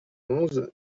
onze